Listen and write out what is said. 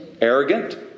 arrogant